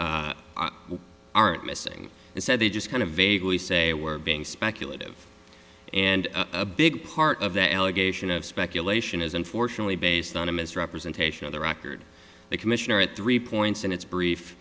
aren't missing and said they just kind of vaguely say were being speculative and a big part of that allegation of speculation is unfortunately based on a misrepresentation of the record the commissioner at three points and it's